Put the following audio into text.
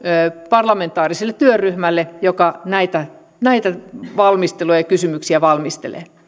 parlamentaariselle työryhmälle joka näitä näitä kysymyksiä valmistelee